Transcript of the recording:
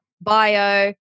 bio